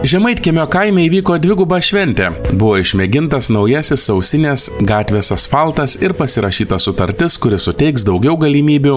žemaitkiemio kaime įvyko dviguba šventė buvo išmėgintas naujasis ausinės gatvės asfaltas ir pasirašyta sutartis kuri suteiks daugiau galimybių